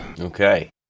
Okay